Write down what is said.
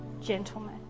gentlemen